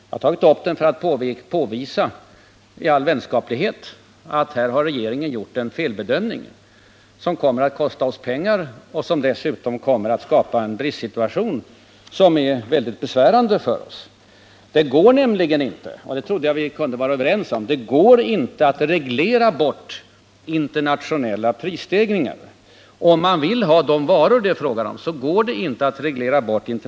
Jag har tagit upp den för att i all vänlighet påvisa att regeringen här gjort en felbedömning som kommer att kosta oss pengar och som dessutom kommer att skapa en bristsituation som blir väldigt besvärande för oss. Det går nämligen inte — det trodde jag vi kunde vara överens om -— att reglera bort internationella prisstegringar, om man vill ha de varor det är fråga om.